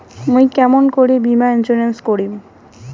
মুই কেমন করি বীমা ইন্সুরেন্স করিম?